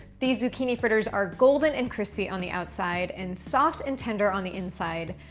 these zucchini fritters are golden and crispy on the outside and soft and tender on the inside.